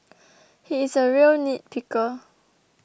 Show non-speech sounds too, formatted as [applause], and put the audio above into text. [noise] he is a real nitpicker